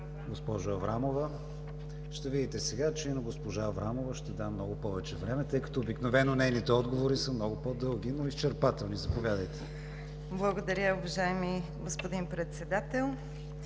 госпожо Аврамова. Ще видите сега, че и на госпожа Аврамова ще дам много повече време, тъй като обикновено нейните отговори са много по дълги, но изчерпателни. Заповядайте. МИНИСТЪР ПЕТЯ АВРАМОВА: Благодаря, уважаеми господин Председател.